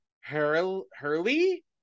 hurley